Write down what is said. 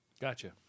Gotcha